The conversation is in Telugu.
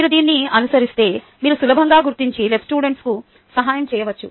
మీరు దీన్ని అనుసరిస్తే మీరు సులభంగా గుర్తించి LSకు సహాయం చేయవచ్చు